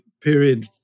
period